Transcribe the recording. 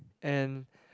and